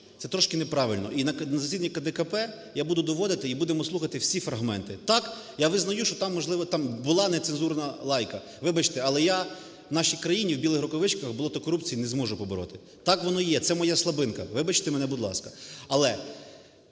це трошки не правильно. І на засіданні КДКП я буду доводити, і будемо слухати всі фрагменти. Так, я визнаю, що там можливо була нецензурна лайка. Вибачте, але я в нашій країні в білих рукавичках болото корупції не зможу побороти. Так воно є – це моя слабинка, вибачте мене, будь ласка.